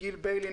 גיל ביילין,